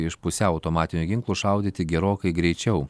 iš pusiau automatinių ginklų šaudyti gerokai greičiau